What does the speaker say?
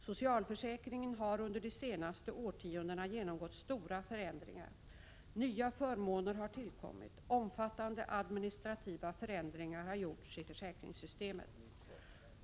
Socialförsäkringen har under de senaste årtiondena genomgått stora förändringar. Nya förmåner har tillkommit. Omfattande administrativa förändringar har gjorts i försäkringssystemet.